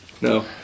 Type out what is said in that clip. No